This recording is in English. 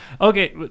Okay